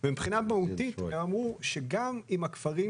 ומבחינה מהותית הם אמרו שגם אם בכפרים